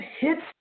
hits